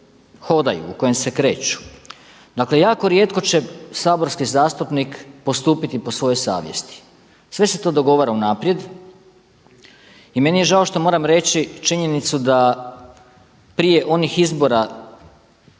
u kojem se kreću. Dakle jako rijetko će saborski zastupnik postupiti po svojoj savjesti. Sve se to dogovara unaprijed i meni je žao što moram reći činjenicu da prije onih izbora